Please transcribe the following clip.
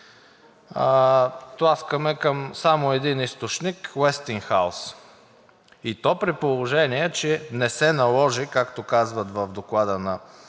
тласкаме само към един източник – „Уестингхаус“, и то при положение че не се наложи, както казват в Доклада на